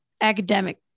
academic